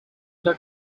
the